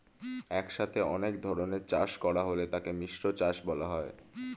একসাথে অনেক ধরনের চাষ করা হলে তাকে মিশ্র চাষ বলা হয়